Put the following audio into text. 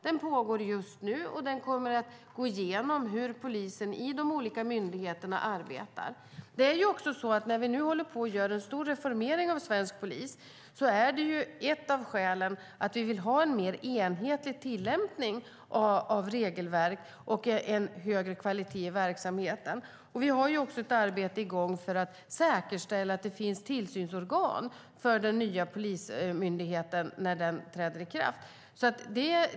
Den pågår just nu, och den kommer att gå igenom hur polisen i de olika myndigheterna arbetar. När vi nu håller på och gör en stor reformering av svensk polis är ett av skälen att vi vill ha en mer enhetlig tillämpning av regelverk och en högre kvalitet i verksamheten. Vi har också ett arbete i gång för att säkerställa att det finns tillsynsorgan för den nya polismyndigheten när den träder i kraft.